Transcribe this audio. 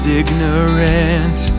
ignorant